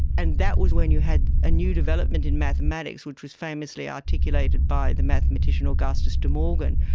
and that was when you had a new development in mathematics which was famously articulated by the mathematician augustus de morgan,